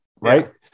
Right